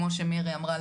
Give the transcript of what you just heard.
כמו שמירי אמרה,